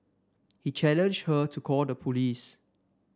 he challenged her to call the police